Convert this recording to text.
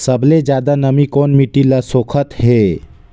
सबले ज्यादा नमी कोन मिट्टी ल सोखत हे?